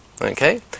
okay